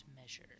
measure